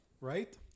Right